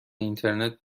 اینترنت